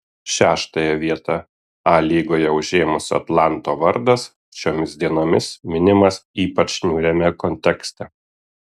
šeštąją vietą a lygoje užėmusio atlanto vardas šiomis dienomis minimas ypač niūriame kontekste